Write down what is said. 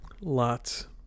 Lots